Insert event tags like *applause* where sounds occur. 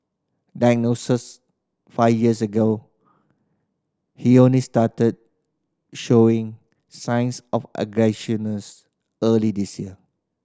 diagnoses five years ago he only started showing signs of *unintelligible* early this year